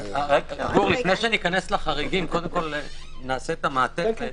לפני שניכנס לחריגים, נעשה את המעטפת.